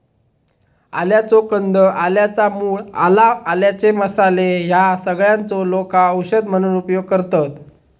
आल्याचो कंद, आल्याच्या मूळ, आला, आल्याचे मसाले ह्या सगळ्यांचो लोका औषध म्हणून उपयोग करतत